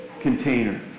container